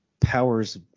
powers